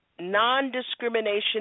non-discrimination